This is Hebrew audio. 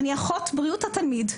אני אחות בריאות התלמיד.